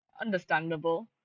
understandable